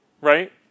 right